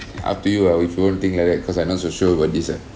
up to you ah if you don't think like that cause I not so sure about this ah